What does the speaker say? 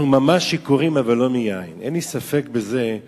אנחנו ממש שיכורים אבל לא מיין, אין לי ספק בזה.